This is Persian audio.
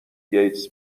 گیتس